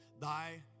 thy